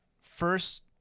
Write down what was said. first